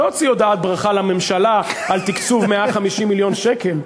לא הוציא הודעת ברכה לממשלה על תקצוב 150 מיליון שקל.